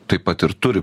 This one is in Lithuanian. taip pat ir turi